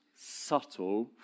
subtle